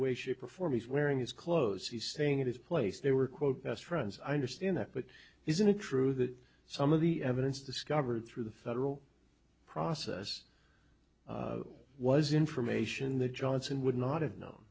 way shape or form he's wearing his clothes he's saying it is place they were quote best friends i understand that but isn't it true that some of the evidence discovered through the federal process was information that johnson would not have know